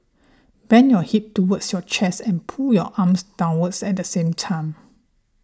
bend your hip towards your chest and pull your arms downwards at the same time